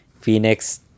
Phoenix